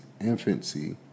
infancy